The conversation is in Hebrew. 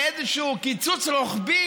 לאיזשהו קיצוץ רוחבי,